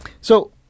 So-